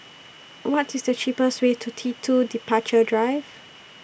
What IS The cheapest Way to T two Departure Drive